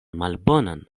malbonan